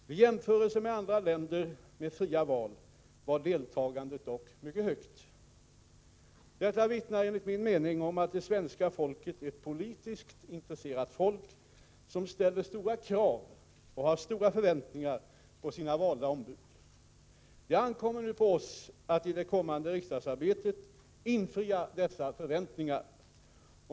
Vid jämförelse med andra länder med fria val var deltagandet dock mycket högt. Detta vittnar enligt min mening om att det svenska folket är ett politiskt intresserat folk som ställer stora krav och har stora förväntningar på sina valda ombud. Det ankommer nu på oss att i det kommande riksdagsarbetet infria dessa förväntningar.